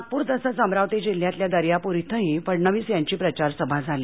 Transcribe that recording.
नागपूर तसच अमरावती जिल्ह्यातल्या दर्यापूर इथंही फडणवीस यांची प्रचारसभा झाली